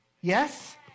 Yes